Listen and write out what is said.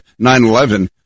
9-11